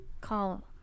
Call